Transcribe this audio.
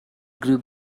grew